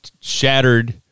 shattered